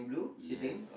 yes